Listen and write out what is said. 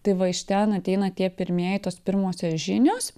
tai va iš ten ateina tie pirmieji tos pirmosios žinios